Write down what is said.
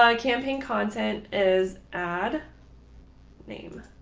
ah campaign content is ad name.